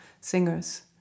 singers